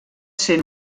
ser